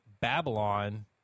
Babylon